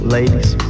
Ladies